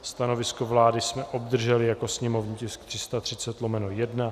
Stanovisko vlády jsme obdrželi jako sněmovní tisk 330/1.